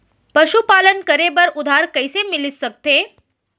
पशुपालन करे बर उधार कइसे मिलिस सकथे?